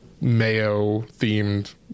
mayo-themed